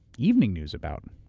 evening news about,